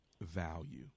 value